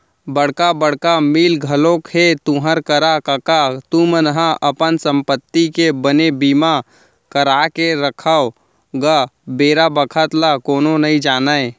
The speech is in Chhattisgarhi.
बड़का बड़का मील घलोक हे तुँहर करा कका तुमन ह अपन संपत्ति के बने बीमा करा के रखव गा बेर बखत ल कोनो नइ जानय